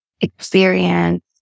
experience